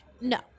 no